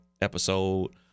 episode